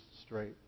straight